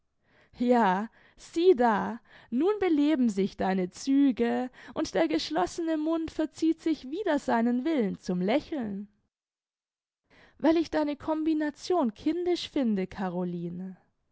ja sieh da nun beleben sich deine züge und der geschlossene mund verzieht sich wider seinen willen zum lächeln weil ich deine combination kindisch finde caroline